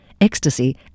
ecstasy